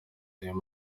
witwa